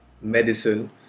medicine